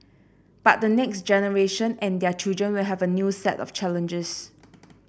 but the next generation and their children will have a new set of challenges